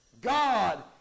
God